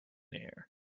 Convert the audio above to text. air